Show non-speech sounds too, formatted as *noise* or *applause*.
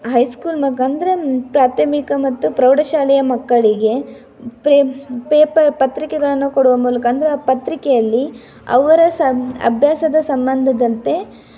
ಹೈಸ್ಕೂಲ್ನ *unintelligible* ಪ್ರಾಥಮಿಕ ಮತ್ತು ಪ್ರೌಢಶಾಲೆಯ ಮಕ್ಕಳಿಗೆ ಪೇಪರ್ ಪತ್ರಿಕೆಗಳನ್ನು ಕೊಡುವ ಮೂಲಕ ಅಂದರೆ ಆ ಪತ್ರಿಕೆಯಲ್ಲಿ ಅವರ ಸಂ ಅಭ್ಯಾಸದ ಸಂಬಂಧದಂತೆ